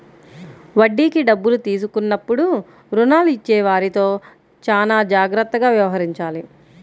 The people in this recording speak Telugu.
వడ్డీకి డబ్బులు తీసుకున్నప్పుడు రుణాలు ఇచ్చేవారితో చానా జాగ్రత్తగా వ్యవహరించాలి